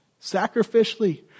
sacrificially